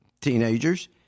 teenagers